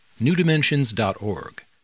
newdimensions.org